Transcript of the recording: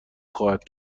خواهد